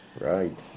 right